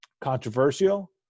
controversial